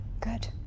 Good